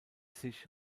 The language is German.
sich